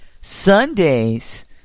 Sundays